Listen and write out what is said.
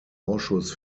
ausschuss